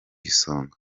isonga